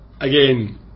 again